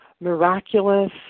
miraculous